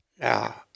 Now